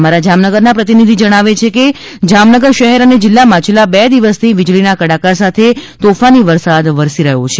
અમારા જામનગરના પ્રતિનિધિ જણાવે છે કે જામનગર શહેર અને જિલ્લામાં છેલ્લાં બે દિવસથી વીજળીના કડાકા સાથે તોફાની વરસાદ વરસી રહ્યો છે